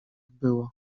było